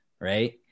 Right